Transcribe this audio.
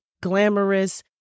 glamorous